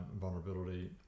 vulnerability